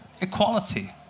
equality